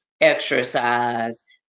exercise